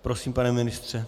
Prosím, pane ministře.